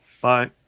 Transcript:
Bye